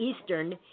Eastern